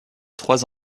trois